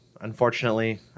unfortunately